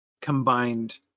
combined